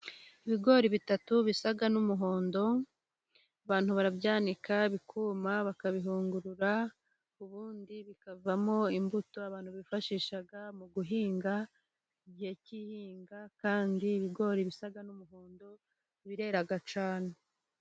Ibigori bitatu bisa n'umuhondo, abantu barabyanika bikuma bakabihungura, ubundi bikavamo imbuto abantu bifashisha mu guhinga, igihe cy'ihinga, kandi ibigori bisa n'umuhondo birera cyane.